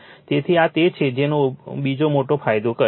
તેથી આ તે છે જે તેનો બીજો મોટો ફાયદો કહે છે